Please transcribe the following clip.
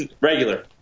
Regular